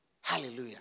Hallelujah